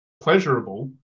pleasurable